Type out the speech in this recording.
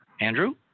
Andrew